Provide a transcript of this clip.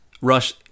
Rush